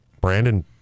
Brandon